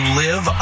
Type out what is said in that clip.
live